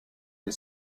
des